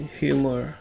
humor